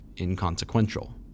inconsequential